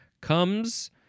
comes